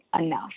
enough